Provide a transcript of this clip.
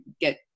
get